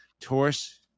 Taurus